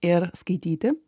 ir skaityti